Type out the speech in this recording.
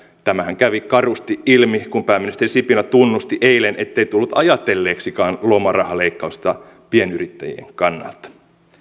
tämähän kävi karusti ilmi kun pääministeri sipilä tunnusti eilen ettei tullut ajatelleeksikaan lomarahaleikkausta pienyrittäjien kannalta